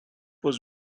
was